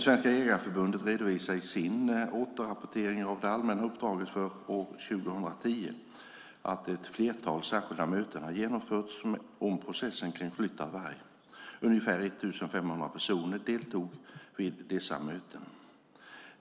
Svenska Jägareförbundet redovisar i sin återrapportering av det allmänna uppdraget för år 2010 att ett flertal särskilda möten har genomförts om processerna kring flytt av varg. Ungefär 1 500 personer deltog vid dessa möten.